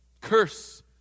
Curse